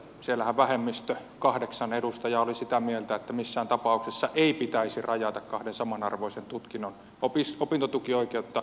siellähän vähemmistö kahdeksan edustajaa oli sitä mieltä että missään tapauksessa ei pitäisi rajata kahden samanarvoisen tutkinnon opintotukioikeutta